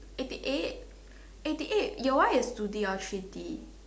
eighty eight eighty eight your one is two B or three D